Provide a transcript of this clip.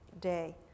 day